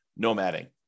nomading